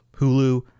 Hulu